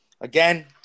again